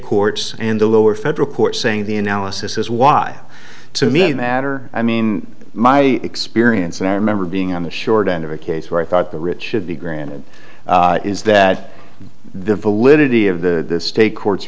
courts and the lower federal court saying the analysis is why to me the matter i mean my experience and i remember being on the short end of a case where i thought the rich should be granted is that the validity of the state courts